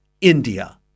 India